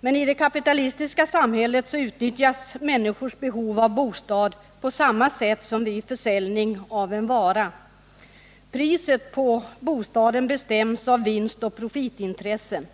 Men i det kapitalistiska samhället utnyttjas människors behov av bostad på samma sätt som vid försäljning av en vara. Priset på bostaden bestäms av profitintresset,